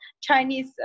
Chinese